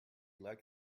like